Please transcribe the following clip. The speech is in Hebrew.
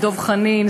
דב חנין,